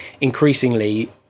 increasingly